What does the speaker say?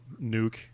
nuke